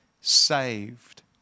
saved